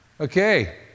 Okay